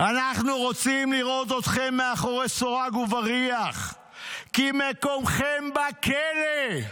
"אנחנו רוצים לראות אתכם מאחורי סורג ובריח כי מקומכם בכלא"